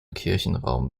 kirchenraum